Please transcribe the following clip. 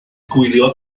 gwylio